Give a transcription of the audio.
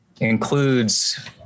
includes